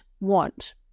want